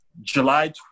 July